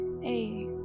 Hey